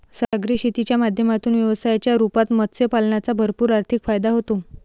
सागरी शेतीच्या माध्यमातून व्यवसायाच्या रूपात मत्स्य पालनाचा भरपूर आर्थिक फायदा होतो